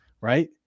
right